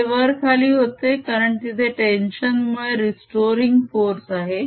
हे वर खाली होते कारण तिथे टेन्शन मुळे रेस्टोरिंग फोर्स आहे